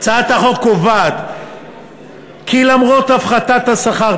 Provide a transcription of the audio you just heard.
הצעת החוק קובעת כי למרות הפחתת השכר,